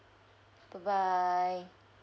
bye bye